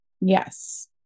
Yes